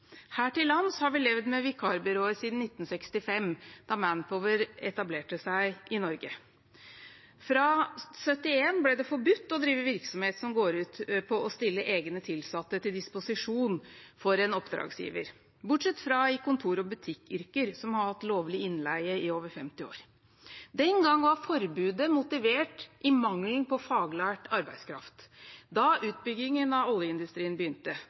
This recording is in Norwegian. Her til lands har vi levd med vikarbyråer siden 1965, da Manpower etablerte seg i Norge. Fra 1971 ble det forbudt å drive virksomhet som går ut på å stille egne tilsatte til disposisjon for en oppdragsgiver, bortsett fra i kontor- og butikkyrker, som har hatt lovlig innleie i over 50 år. Den gang var forbudet motivert i mangelen på faglært arbeidskraft da utbyggingen av oljeindustrien begynte.